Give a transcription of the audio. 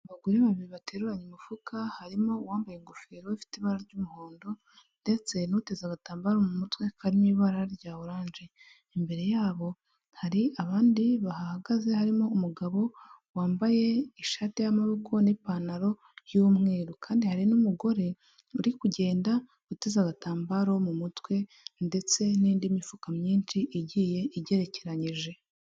Abagore babiri bateruranya umufuka, harimo uwambaye ingofero ifite ibara ry'umuhondo ndetse n'uteza agatambaro mu mutwe karimo ibara rya oranje. Imbere yabo hari abandi bahahagaze harimo umugabo wambaye ishati y'amaboko n'ipantaro y'umweru. Kandi hari n'umugore uri kugenda, uteze agatambaro mu mutwe ndetse n'indi mifuka myinshi igiye igerekeranyije.